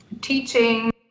teaching